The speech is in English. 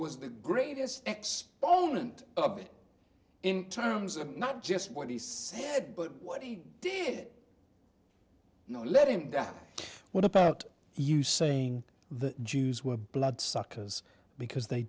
was the greatest exponent of it in terms of not just what he said but what he did not let him down what about you saying the jews were blood suckers because they